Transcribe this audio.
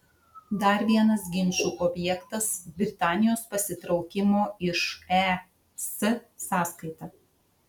dar vienas ginčų objektas britanijos pasitraukimo iš es sąskaita